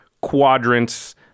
quadrants